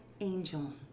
angel